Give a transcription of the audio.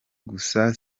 gusa